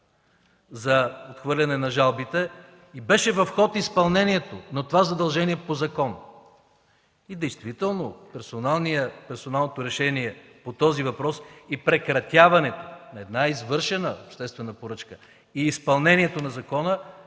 за отхвърляне на жалбите, беше в ход изпълнението, но това задължение е по закон. Действително персоналното решение по този въпрос и прекратяването на една извършена обществена поръчка и изпълнението на закона